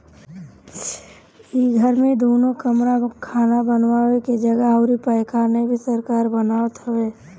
इ घर में दुगो कमरा खाना बानवे के जगह अउरी पैखाना भी सरकार बनवावत हवे